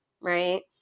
Right